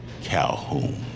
Calhoun